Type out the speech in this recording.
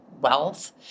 wealth